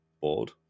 board